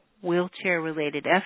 wheelchair-related